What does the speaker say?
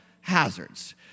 Hazards